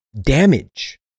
damage